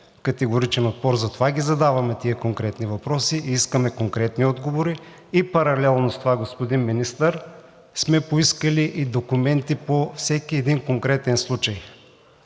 категоричен отпор. Затова ги задаваме тези конкретни въпроси и искаме конкретни отговори. Паралелно с това, господин Министър, сме поискали и документи по всеки конкретен случай.